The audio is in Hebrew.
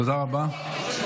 תודה רבה.